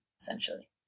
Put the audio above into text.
essentially